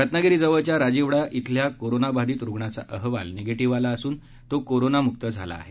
रत्नागिरीजवळच्या राजिवडा इथल्या कोरोनाबाधित रुग्णाचा अहवाल निगेटिव्ह आला असून तो करोनामुक्त झाला आहे